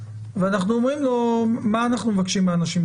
ואנחנו אומרים לו מה אנחנו מבקשים מאנשים?